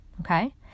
okay